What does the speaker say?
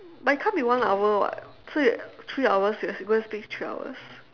but it can't be one hour [what] so you three hours we are supposed to speak three hours